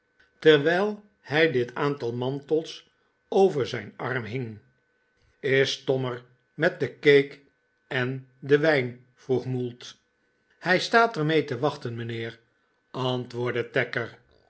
terwijl hij dit aantal mantels over zijn arm hing is tom er met de cake en den wijn vroeg mould hij staat er mee te wachten mijnheer antwoordde